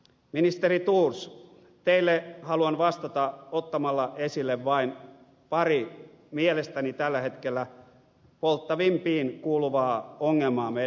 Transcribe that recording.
ministeri thors teille haluan vastata ottamalla esille vain pari mielestäni tällä hetkellä polttavimpiin kuuluvaa ongelmaa meidän maahanmuuttopolitiikassamme